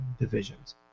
divisions